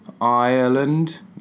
Ireland